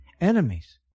enemies